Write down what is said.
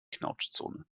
knautschzone